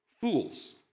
fools